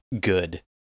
good